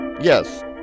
yes